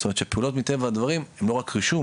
זאת אומרת שהפעולות מטבע הדברים הן לא רק רישום,